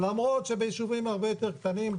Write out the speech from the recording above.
למרות שבישובים הרבה יותר קטנים,